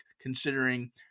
considering